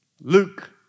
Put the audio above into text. Luke